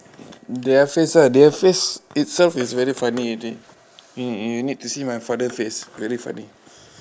their face ah their face itself is very funny already you you need to see my father face very funny